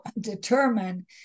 determine